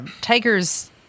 tigers